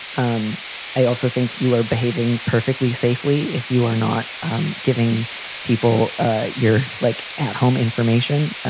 um i also think you are behaving perfectly safely if you are not um giving people ah your like at home information.